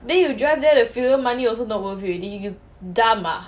then you will drive there to fewer money also not worth you already you can dumb ah